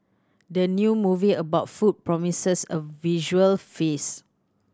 the new movie about food promises a visual feast